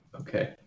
Okay